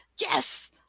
yes